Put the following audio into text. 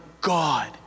God